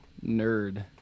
nerd